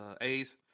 A's